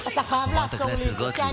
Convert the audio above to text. אתה חייב לעצור לי את זה.